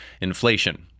inflation